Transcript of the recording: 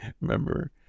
Remember